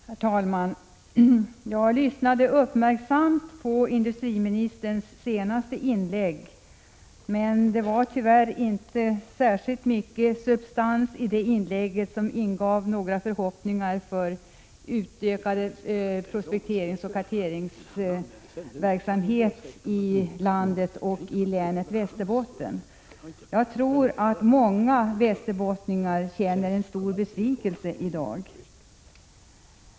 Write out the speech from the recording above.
Herr talman! Jag lyssnade uppmärksamt på industriministerns senaste inlägg, men det var tyvärr inte särskilt mycket substans i det som kunde inge förhoppningar om utökad prospekteringsoch karteringsverksamhet i landet och i länet Västerbotten. Jag tror att många västerbottningar känner en stor besvikelse i dag.